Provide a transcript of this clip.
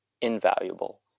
invaluable